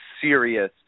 serious